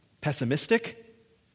pessimistic